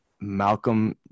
Malcolm